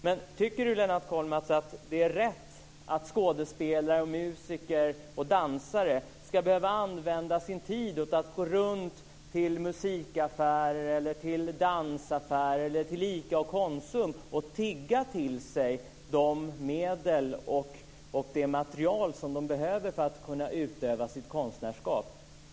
Men tycker Lennart Kollmats att det är rätt att skådespelare, musiker och dansare ska behöva använda sin tid åt att gå runt till musikaffärer, dansaffärer eller ICA och Konsum och tigga till sig de medel och det material som de behöver för att kunna utöva sitt konstnärskap?